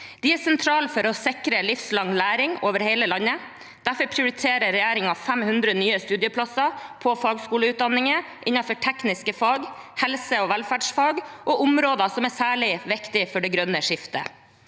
De er sentrale for å sikre livslang læring over hele landet. Derfor prioriterer regjeringen 500 nye studieplasser på fagskoleutdanninger innenfor tekniske fag, helse- og velferdsfag og områder som er særlig viktige for det grønne skiftet.